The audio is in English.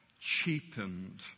cheapened